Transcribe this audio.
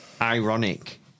Ironic